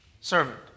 Servant